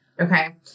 Okay